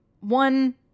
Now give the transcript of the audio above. One